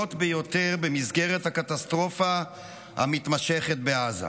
ביותר במסגרת הקטסטרופה המתמשכת בעזה,